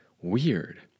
weird